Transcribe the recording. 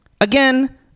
again